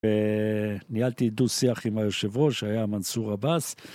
וניהלתי דו שיח עם היושב ראש שהיה מנסור עבאס.